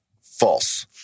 False